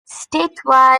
statewide